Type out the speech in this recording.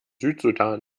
südsudan